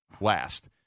last